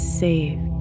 safe